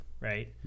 right